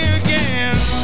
again